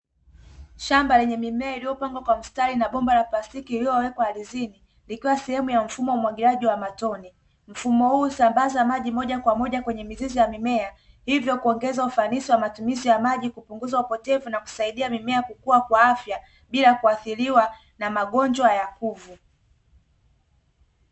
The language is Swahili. Shamba lenye mimea iliyopangwa kwa mstari na bomba la plastiki lililowekwa ardhini likiwa sehemu ya mfumo wa umwagiliaji wa matone. Mfumo huu husambaza maji moja kwa moja kwenye mizizi ya mimea hivyo kuongeza ufanisi wa matumizi ya maji kupunguza upotevu na kusaidia mimea kukuwa kwa afya bila kuathiriwa na magonjwa ya kuvu.